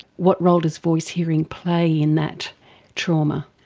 what role does voice hearing play in that trauma?